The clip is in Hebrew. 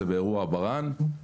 זה באירוע ברה"ן (בריאות הנפש).